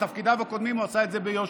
בתפקידיו הקודמים הוא עשה את זה ביושר,